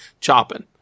chopping